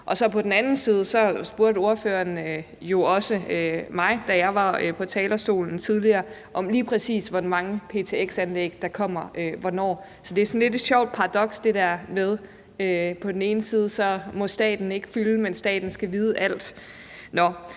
på den anden side spurgte mig, da jeg var på talerstolen tidligere, om, lige præcis hvor mange ptx-anlæg der kommer hvornår. Så det er lidt et sjovt paradoks, at staten på den ene side ikke må fylde noget, men samtidig skal staten vide alt.